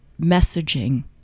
messaging